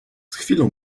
chwilą